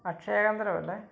അക്ഷയകേന്ദ്രമല്ലേ